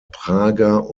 prager